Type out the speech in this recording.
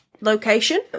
location